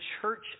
church